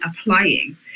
applying